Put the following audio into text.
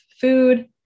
food